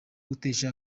gutesha